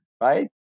right